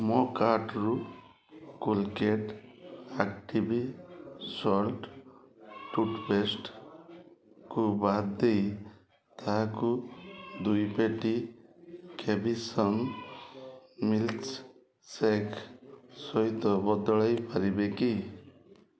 ମୋ କାର୍ଟ୍ରୁ Colgate Active Salt ଟୁଥପେଷ୍ଟ୍କୁ ବାଦ ଦେଇ ତାହାକୁ ଦୁଇ ପେଟି କ୍ୟାଭିସନ୍ ମିଲ୍କ୍ସେକ୍ ସହିତ ବଦଳାଇ ପାରିବେ କି